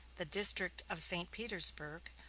the district of st. petersburg,